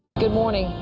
good morning,